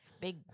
Big